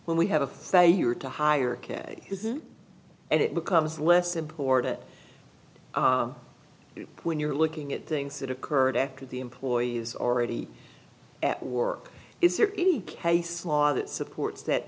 when we have a say you're to hire and it becomes less important when you're looking at things that occurred to the employees already at work is there any case law that supports that